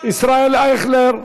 ישראל אייכלר,